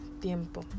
tiempo